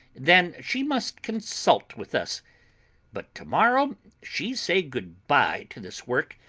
then she must consult with us but to-morrow she say good-bye to this work,